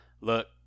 look